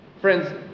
Friends